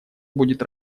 будет